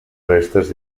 restes